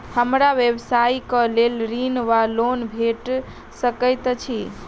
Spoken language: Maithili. हमरा व्यवसाय कऽ लेल ऋण वा लोन भेट सकैत अछि?